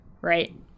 right